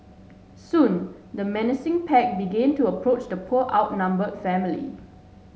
soon the menacing pack began to approach the poor outnumber family